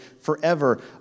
forever